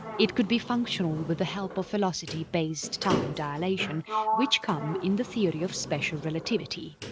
it could be functional with the help of velocity based time dilation which come in the theory of special relativity.